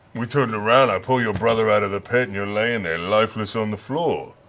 we turned around. i pull your brother out of the pit, and you're laying there lifeless on the floor.